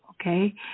okay